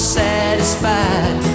satisfied